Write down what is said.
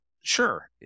Sure